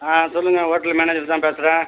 ஆ சொல்லுங்கள் hotel manager தான் பேசுகிறேன்